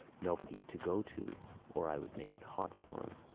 nobody to go to or i would make it hot for him.